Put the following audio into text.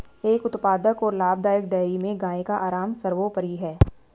एक उत्पादक और लाभदायक डेयरी में गाय का आराम सर्वोपरि है